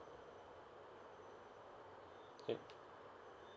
yup